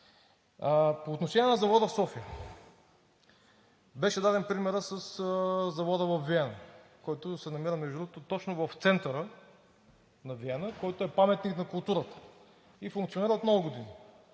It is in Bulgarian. По отношение на завода в София. Беше даден примерът със завода във Виена, който се намира между другото точно в центъра на Виена, който е паметник на културата и функционира от много години